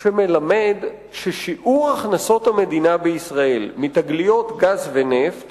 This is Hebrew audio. שמלמד ששיעור הכנסות המדינה בישראל מתגליות גז ונפט